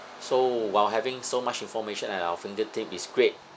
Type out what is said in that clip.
so while having so much information at our fingertips is great